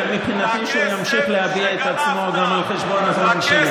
לכן מבחינתי שימשיך להביע את עצמו גם על חשבון הזמן שלי,